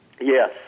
yes